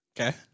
Okay